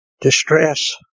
distress